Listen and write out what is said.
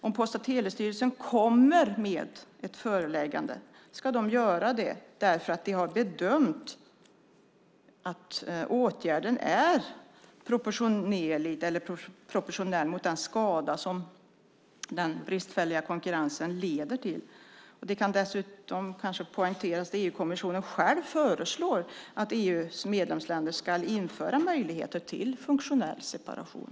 Om Post och telestyrelsen kommer med ett föreläggande ska det ske eftersom man har bedömt att åtgärden är proportionell mot den skada som den bristfälliga konkurrensen leder till. Det kan poängteras att EU-kommissionen föreslår att EU:s medlemsländer ska införa möjligheter till funktionell separation.